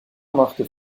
machte